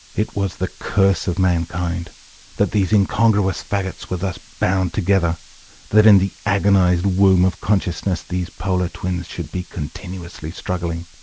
it was the curse of mankind that these incongruous faggots were thus bound together that in the agonised womb of consciousness these polar twins should be continuously struggling.